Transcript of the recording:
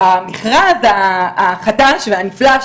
במכרז החדש והנפלא,